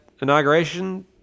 inauguration